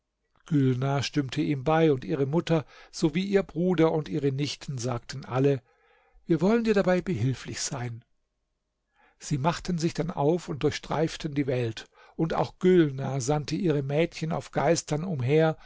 stimmte ihm bei und ihre mutter sowie ihr bruder und ihre nichten sagten alle wir wollen dir dabei behilflich sein sie machten sich dann auf und durchstreiften die welt und auch gülnar sandte ihre mädchen auf geistern umher